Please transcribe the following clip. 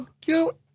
cute